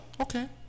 okay